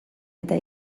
eta